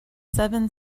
seven